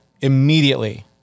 Immediately